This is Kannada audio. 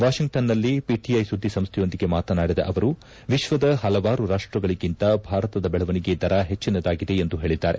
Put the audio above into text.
ವಾಷಿಂಗ್ಟನ್ನಲ್ಲಿ ಪಿಟಿಐ ಸುದ್ವಿಸಂಸ್ಥೆಯೊಂದಿಗೆ ಮಾತನಾಡಿದ ಅವರು ವಿಶ್ವದ ಪಲವಾರು ರಾಷ್ಷಗಳಗಿಂತ ಭಾರತದ ಬೆಳವಣಿಗೆ ದರ ಹೆಚ್ಚಿನದಾಗಿದೆ ಎಂದು ಹೇಳಿದ್ದಾರೆ